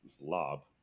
lob